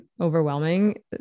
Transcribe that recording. overwhelming